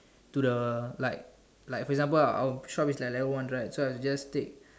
to the like like for example our shop is at level one right so I will just take